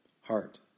heart